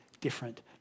different